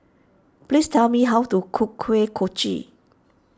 please tell me how to cook Kuih Kochi